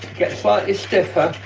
get slightly stiffer,